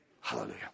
Hallelujah